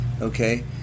okay